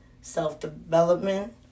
self-development